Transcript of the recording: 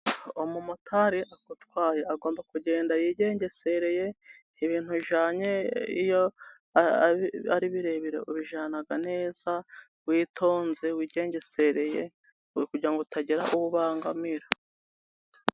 Umumotari agutwaye agomba kugenda yigengesereye, ibintu ujyanye iyo ari birebire ubijyana neza witonze wigengesereye, uri kugira ngo utagira uwo ubangamira.